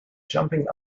jumping